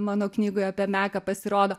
mano knygoj apie meką pasirodo